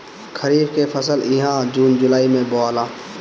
खरीफ के फसल इहा जून जुलाई में बोआला